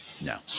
No